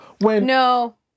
No